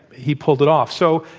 he pulled it off. so,